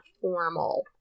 formal